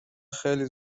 خیلی